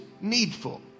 needful